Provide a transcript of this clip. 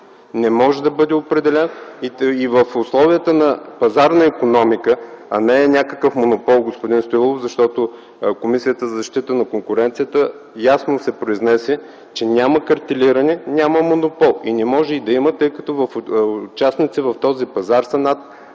не може да бъде определен в условията на пазарна икономика”. Не е някакъв монопол, господин Стоилов, защото Комисията за защита на конкуренцията ясно се произнесе, че няма картелиране и няма монопол, и не може да има, тъй като участници в този пазар са над